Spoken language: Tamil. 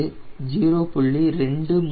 அது 0